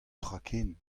traken